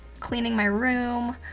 cleaning my room,